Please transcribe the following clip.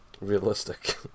realistic